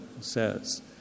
says